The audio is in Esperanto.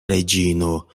reĝino